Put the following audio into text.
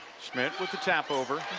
schmitt with the tap over.